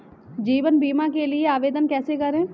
जीवन बीमा के लिए आवेदन कैसे करें?